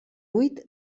huit